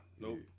nope